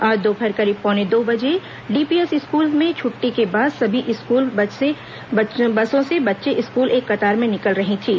आज दोपहर करीब पौने दो बजे डीपीएस स्कूल में छट्टी के बाद सभी स्कूल बसें बच्चों को लेकर एक कतार में निकल रही थीं